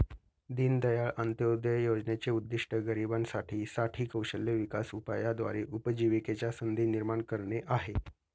दीनदयाळ अंत्योदय योजनेचे उद्दिष्ट गरिबांसाठी साठी कौशल्य विकास उपायाद्वारे उपजीविकेच्या संधी निर्माण करणे आहे